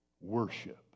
worship